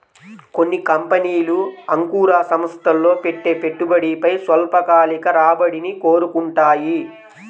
కొన్ని కంపెనీలు అంకుర సంస్థల్లో పెట్టే పెట్టుబడిపై స్వల్పకాలిక రాబడిని కోరుకుంటాయి